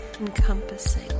encompassing